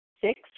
Six